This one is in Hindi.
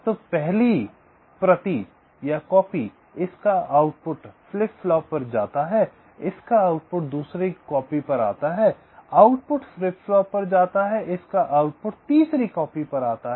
तो पहली प्रतिकॉपी इसका आउटपुट फ्लिप फ्लॉप पर जाता है इसका आउटपुट दूसरी कॉपी पर आता है आउटपुट फ्लिप फ्लॉप पर जाता है इसका आउटपुट तीसरी कॉपी पर आता है